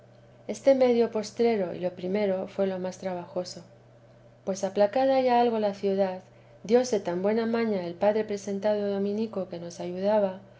este medio postrero y lo primero fué lo más trabajoso pues aplacada ya algo la ciudad dióse tan buena maña el padre presentado dominico que nos ayudaba